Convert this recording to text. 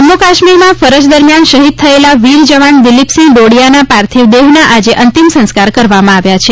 જમ્મુ કાશ્મીરમાં ફરજ દરમિયાન શહીદ થયેલા વીર જવાન દિલીપસિંહ ડોડીયાના પાર્થિવ દેહના આજે અંતિમ સંસ્કાર કરવામાં આવ્યા છે